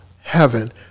heaven